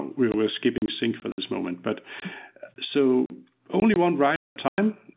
we're we're escaping sync for this moment, but so only one write at a time.